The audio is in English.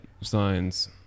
signs